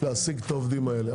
להעסיק את העובדים האלו,